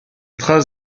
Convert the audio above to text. traces